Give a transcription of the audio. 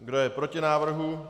Kdo je proti návrhu?